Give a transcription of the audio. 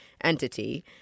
entity